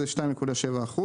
זה 2.75%,